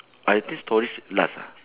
I think stories last lah